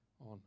on